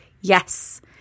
Yes